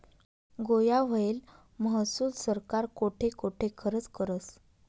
गोया व्हयेल महसूल सरकार कोठे कोठे खरचं करस?